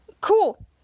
Cool